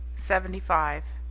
seventy five,